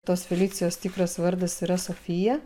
tos felicijos tikras vardas yra sofija